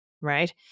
right